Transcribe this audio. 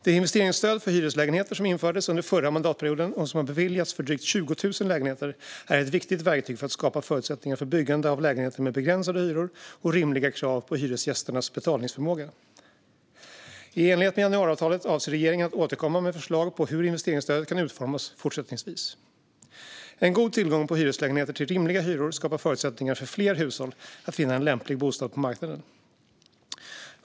Det investeringsstöd för hyreslägenheter som infördes under förra mandatperioden och som har beviljats för drygt 20 000 lägenheter är ett viktigt verktyg för att skapa förutsättningar för byggande av lägenheter med begränsade hyror och rimliga krav på hyresgästernas betalningsförmåga. I enlighet med januariavtalet avser regeringen att återkomma med förslag på hur investeringsstödet kan utformas fortsättningsvis. En god tillgång på hyreslägenheter till rimliga hyror skapar förutsättningar för fler hushåll att finna en lämplig bostad på marknaden.